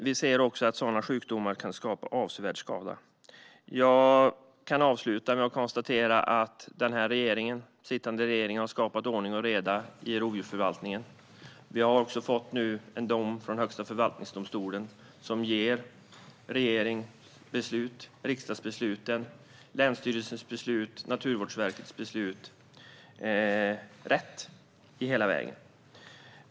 Vi ser att sådana sjukdomar kan skapa avsevärd skada. Jag kan avsluta med att konstatera att den sittande regeringen har skapat ordning och reda i rovdjursförvaltningen. Vi har också nu fått en dom från Högsta förvaltningsdomstolen som ger regeringens beslut, riksdagsbesluten, länsstyrelsens beslut och Naturvårdsverkets beslut rätt hela vägen.